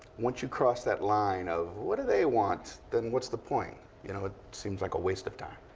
once you cross that line of, what do they want, then what's the point? you know, it seems like a waste of time.